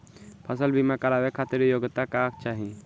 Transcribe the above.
फसल बीमा करावे खातिर योग्यता का चाही?